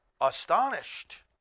astonished